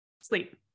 sleep